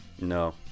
No